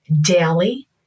daily